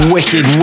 Wicked